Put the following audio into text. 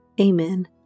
Amen